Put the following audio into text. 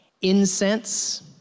incense